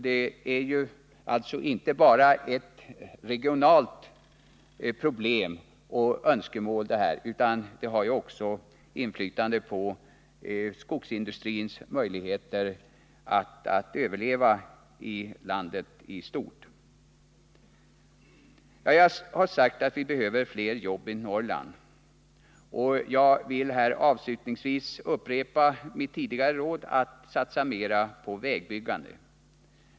Det är alltså inte bara fråga om ett regionalt problem eller om ett regionalt önskemål, utan det gäller också att påverka skogsindustrins möjligheter att överleva i landet i stort. Jag har redan sagt att vi behöver fler jobb i Norrland, och jag upprepar mitt tidigare råd — att vi skall satsa mer på vägbyggandet.